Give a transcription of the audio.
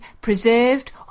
preserved